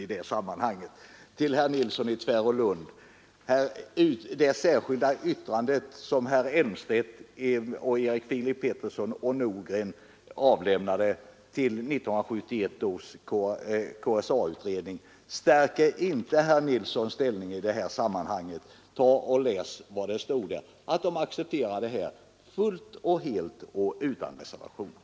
Till herr Nilsson i Tvärålund vill jag säga att det särskilda yttrande som herrar Elmstedt, Erik Filip Petersson och Nordgren avlämnade till 1971 års KSA-utredning inte stärker herr Nilssons ställning i detta sammanhang. Läs vad där står: att de accepterar förslaget fullt och helt och utan reservationer.